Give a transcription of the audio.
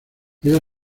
ella